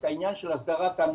את העניין של הסדרת הנגישות